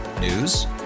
News